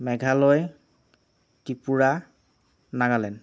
Meghalaya Tripura Nagaland